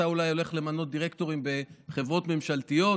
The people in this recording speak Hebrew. אתה אולי הולך למנות דירקטורים בחברות ממשלתיות,